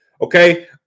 Okay